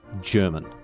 German